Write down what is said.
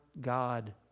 God